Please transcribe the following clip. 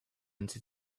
into